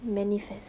manifest